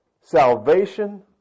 Salvation